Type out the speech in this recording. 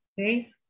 Okay